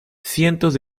cientos